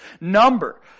number